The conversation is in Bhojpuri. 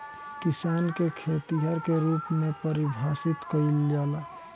किसान के खेतिहर के रूप में परिभासित कईला जाला